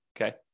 okay